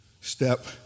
Step